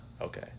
Okay